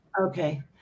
Okay